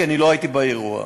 כי לא הייתי באירוע.